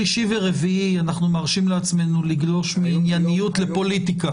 שלישי ורביעי אנחנו מרשים לעצמנו לגלוש מענייניות לפוליטיקה.